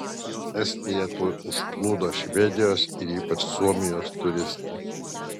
estiją tuoj užplūdo švedijos ir ypač suomijos turistai